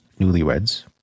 newlyweds